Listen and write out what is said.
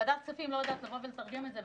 ועדת הכספים לא יודעת לתרגם את זה,